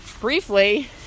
briefly